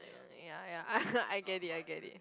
ya ya I get it I get it